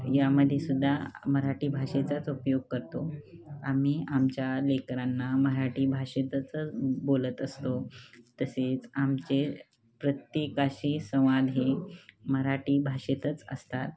यामध्ये सुद्धा मराठी भाषेचाच उपयोग करतो आम्ही आमच्या लेकरांना मराठी भाषेतच बोलत असतो तसेच आमचे प्रत्येकाशी संवाद हे मराठी भाषेतच असतात